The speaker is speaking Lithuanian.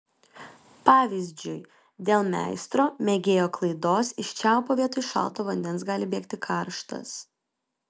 pavyzdžiui dėl meistro mėgėjo klaidos iš čiaupo vietoj šalto vandens gali bėgti karštas